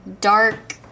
dark